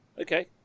Okay